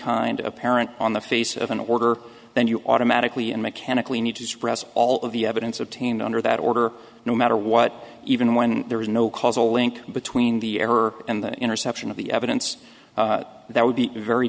kind of parent on the face of an order then you automatically and mechanically need to suppress all of the evidence obtained under that order no matter what even when there is no causal link between the error and the interception of the evidence that would be very